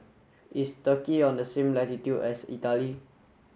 is Turkey on the same latitude as Italy